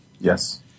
yes